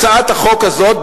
הצעת החוק הזאת,